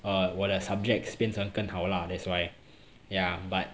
uh 我的 subjects 变成更好 lah that's why ya but